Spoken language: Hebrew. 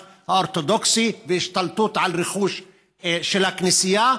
האורתודוקסי והשתלטות על רכוש של הכנסייה.